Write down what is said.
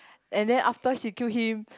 and then after she kill him